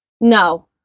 No